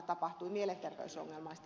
arvoisa puhemies